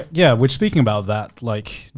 yeah. which speaking about that, like,